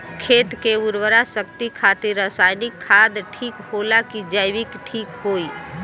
खेत के उरवरा शक्ति खातिर रसायानिक खाद ठीक होला कि जैविक़ ठीक होई?